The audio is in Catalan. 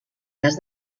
cas